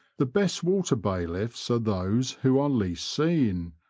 the best water bailiffs are those who are least seen,